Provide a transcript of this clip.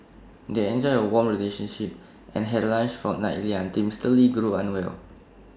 they enjoyed A warm relationship and had lunch fortnightly until Mister lee grew unwell